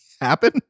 happen